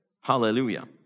Hallelujah